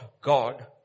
God